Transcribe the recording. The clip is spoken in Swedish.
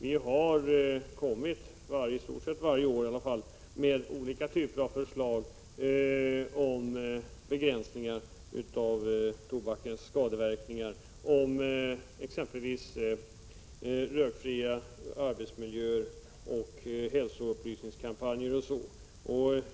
Vi har under i stort sett varje år kommit med olika typer av förslag om begränsningar av tobakens skadeverkningar — rökfria arbetsmiljöer, häl soupplysningskampanjer etc.